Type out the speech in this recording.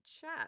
chat